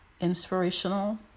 inspirational